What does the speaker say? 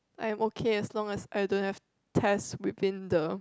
I'm okay as long as I don't have test within the